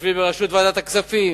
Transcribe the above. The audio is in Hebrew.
שיושבים בראשות ועדת הכספים,